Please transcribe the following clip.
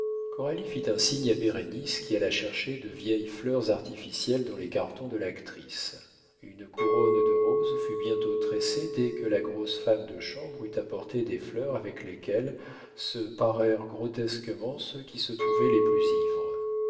fit un signe à bérénice qui alla chercher de vieilles fleurs artificielles dans les cartons de l'actrice une couronne de roses fut bientôt tressée dès que la grosse femme de chambre eut apporté des fleurs avec lesquelles se parèrent grotesquement ceux qui se trouvaient les plus ivres